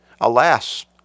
Alas